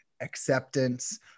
acceptance